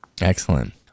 Excellent